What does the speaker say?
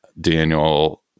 Daniel